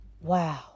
Wow